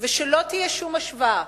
ולא תהיה שום השוואה.